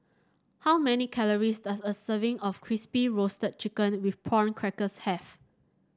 how many calories does a serving of Crispy Roasted Chicken with Prawn Crackers have